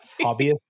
hobbyist